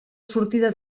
sortida